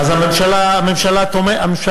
אז הממשלה תומכת,